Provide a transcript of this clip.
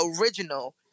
original